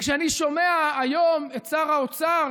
כשאני שומע היום את שר האוצר,